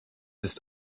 ist